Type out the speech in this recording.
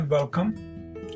Welcome